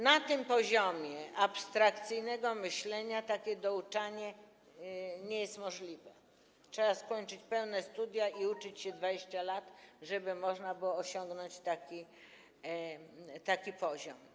Na tym poziomie abstrakcyjnego myślenia takie douczanie nie jest możliwe, trzeba skończyć pełne studia i uczyć się 20 lat, żeby można było osiągnąć taki poziom.